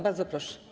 Bardzo proszę.